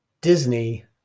Disney